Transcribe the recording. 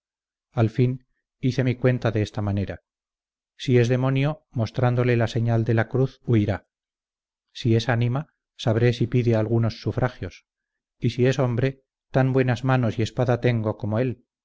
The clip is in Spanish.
al fin hice mi cuenta de esta manera si es demonio mostrándole la señal de la cruz huirá si es ánima sabré si pide algunos sufragios y si es hombre tan buenas manos y espada tengo como él